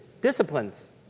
disciplines